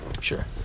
Sure